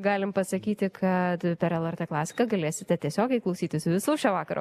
galim pasakyti kad per lrt klasiką galėsite tiesiogiai klausytis visų šio vakaro